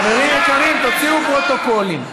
חברים יקרים, תוציאו פרוטוקולים.